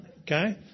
okay